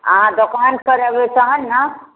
अहाँ दोकानपर एबै तखन ने